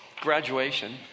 Graduation